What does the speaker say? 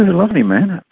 lovely man.